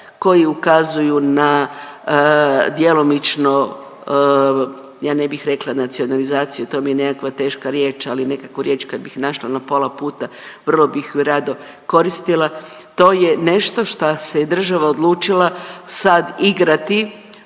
koji ukazuju na djelomično ja ne bih rekla nacionalizaciju to vam je nekakva teška riječ, ali nekakvu riječ kad bih našla na pola puta vrlo bih je rado koristila. To je nešto šta se i država odlučila sad igrati